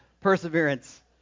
perseverance